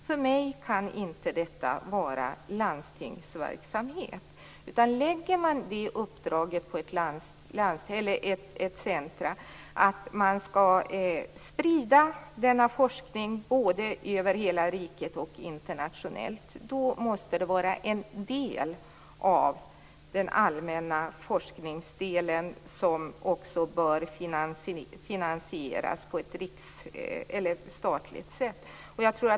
För mig kan detta inte vara landstingsverksamhet. När ett uppdrag läggs på ett centrum att sprida forskningen över hela riket och internationellt, måste denna del av forskningen finansieras av staten.